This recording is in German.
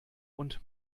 und